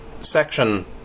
section